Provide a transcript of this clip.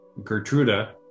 Gertruda